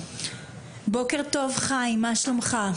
בוקר טוב חיים, מה שלומך?